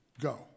go